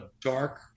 dark